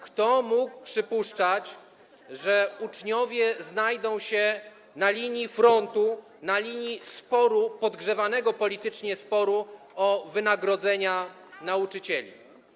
Kto mógł przypuszczać, że uczniowie znajdą się na linii frontu, na linii podgrzewanego politycznie sporu o wynagrodzenia nauczycieli?